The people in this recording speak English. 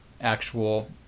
actual